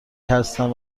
هستن